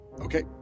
Okay